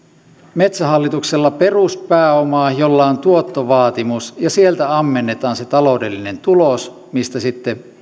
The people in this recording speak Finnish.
metsähallituksella peruspääomaa jolla on tuottovaatimus ja sieltä ammennetaan se taloudellinen tulos mistä sitten